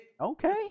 Okay